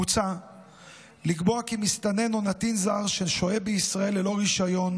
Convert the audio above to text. מוצא לקבוע כי מסתנן או נתין זר ששוהה בישראל ללא רישיון